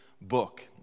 book